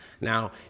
Now